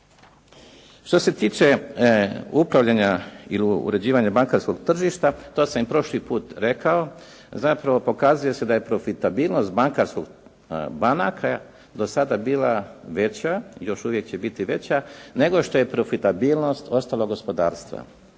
Što se tiče upravljanja ili uređivanja bankarskog tržišta, to sam i prošli put rekao, zapravo pokazuje se da je profitabilnost banaka do sada bila veća i još uvijek će biti veća nego što je profitabilnost ostala u gospodarstvu.